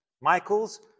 Michael's